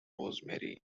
rosemary